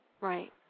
Right